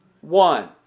one